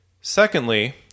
Secondly